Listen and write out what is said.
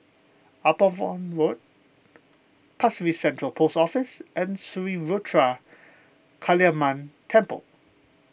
Upavon Road Pasir Ris Central Post Office and Sri Ruthra Kaliamman Temple